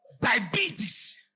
Diabetes